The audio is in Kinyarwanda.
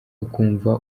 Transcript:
ukumva